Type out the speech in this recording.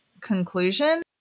conclusion